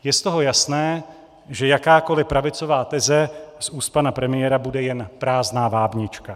Je z toho jasné, že jakákoliv pravicová teze z úst pana premiéra bude jen prázdná vábnička.